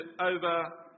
over